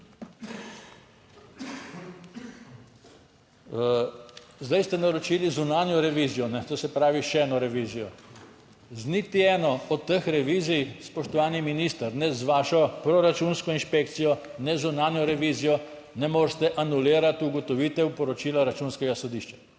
Zdaj ste naročili zunanjo revizijo? To se pravi, še eno revizijo. Z niti eno od teh revizij, spoštovani minister, ne z vašo proračunsko inšpekcijo, ne z zunanjo revizijo ne morete anulirati ugotovitev poročila Računskega sodišča,